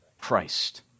Christ